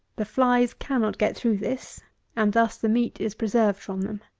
the flies cannot get through this and thus the meat is preserved from them.